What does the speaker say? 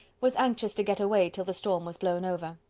was anxious to get away till the storm was blown over.